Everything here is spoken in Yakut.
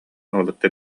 уолаттар